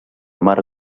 mar